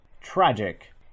Tragic